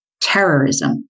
Terrorism